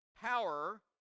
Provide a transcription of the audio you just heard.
power